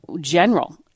general